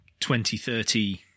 2030